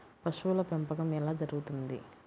పశువుల పెంపకం ఎలా జరుగుతుంది?